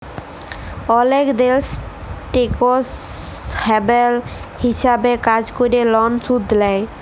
অলেক দ্যাশ tax haven হিছাবে কাজ ক্যরে লন শুধ লেই